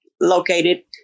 located